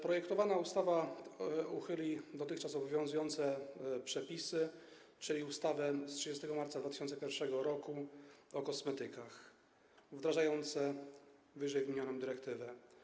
Projektowana ustawa uchyli dotychczas obowiązujące przepisy, czyli ustawę z 30 marca 2001 r. o kosmetykach, wdrażające ww. dyrektywę.